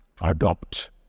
adopt